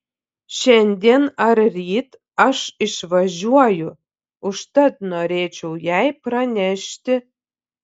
šiandien ar ryt aš išvažiuoju užtat norėčiau jai pranešti